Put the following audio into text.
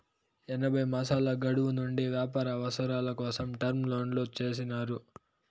ఎనభై మాసాల గడువు నుండి వ్యాపార అవసరాల కోసం టర్మ్ లోన్లు చేసినారు